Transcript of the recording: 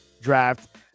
draft